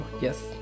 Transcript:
Yes